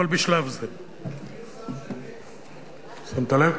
אבל בשלב זה, אפילו שם ז'קט, שמת לב?